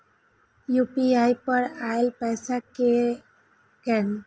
UPI पर आएल पैसा कै कैन?